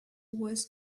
was